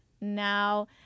Now